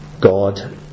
God